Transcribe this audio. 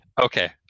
Okay